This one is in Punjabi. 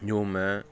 ਜੋ ਮੈਂ